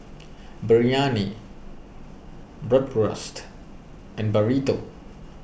Biryani Bratwurst and Burrito